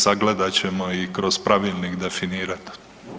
Sagledat ćemo i kroz pravilnik definirati.